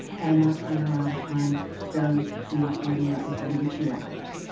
and our turnaround time varies between forty eight to seventy two hours.